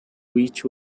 which